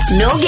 no